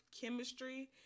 chemistry